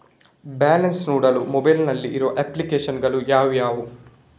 Balance ನೋಡಲು mobile ನಲ್ಲಿ ಇರುವ ಅಪ್ಲಿಕೇಶನ್ ಗಳು ಯಾವುವು?